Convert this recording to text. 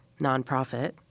nonprofit